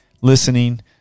listening